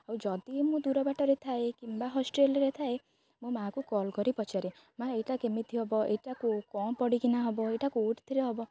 ଆଉ ଯଦି ମୁଁ ଦୂର ବାଟରେ ଥାଏ କିମ୍ବା ହଷ୍ଟେଲରେ ଥାଏ ମୋ ମାକୁ କଲ୍ କରି ପଚାରେ ମା ଏଇଟା କେମିତି ହେବ ଏଇଟା କେଉଁ ପଡ଼ିକିନା ହେବ ଏଇଟା କେଉଁଥିରେ ହେବ